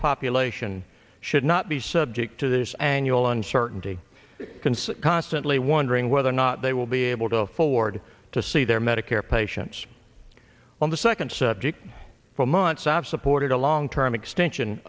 population should not be subject to this annual uncertainty concern constantly wondering whether or not they will be able to afford to see their medicare patients on the second subject for months ob supported a long term extension